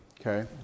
okay